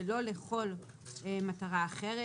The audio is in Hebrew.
ולא לכל מטרה אחרת.